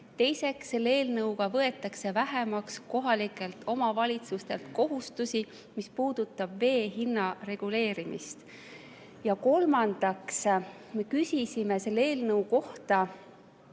Teiseks, selle eelnõuga võetakse vähemaks kohalikelt omavalitsustelt kohustusi, mis puudutavad vee hinna reguleerimist. Ja kolmandaks, me küsisime selle eelnõu kohta